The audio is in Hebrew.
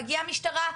מגיעה המשטרה,